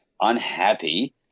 unhappy